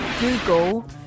google